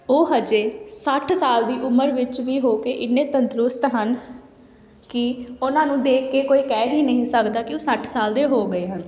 ਉਹ ਹਾਲੇ ਸੱਠ ਸਾਲ ਦੀ ਉਮਰ ਵਿੱਚ ਵੀ ਹੋ ਕੇ ਇੰਨੇ ਤੰਦਰੁਸਤ ਹਨ ਕਿ ਉਹਨਾਂ ਨੂੰ ਦੇਖ ਕੇ ਕੋਈ ਕਹਿ ਹੀ ਨਹੀਂ ਸਕਦਾ ਕਿ ਉਹ ਸੱਠ ਸਾਲ ਦੇ ਹੋ ਗਏ ਹਨ